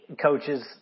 coaches